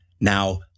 Now